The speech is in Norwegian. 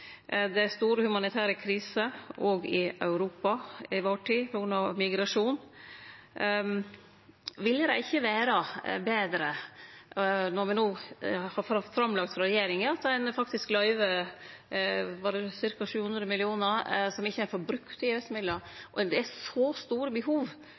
Det er store humanitære kriser òg i Europa i vår tid på grunn av migrasjon. Når me no har lagt fram frå regjeringa at ein faktisk løyver ca. 700 mill. kr som ein ikkje får brukt i EØS-midlar, ville det ikkje vere betre, når det er så store behov,